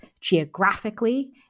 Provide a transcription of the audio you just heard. geographically